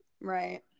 Right